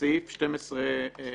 בסעיף 12א(א),